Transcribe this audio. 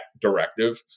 directive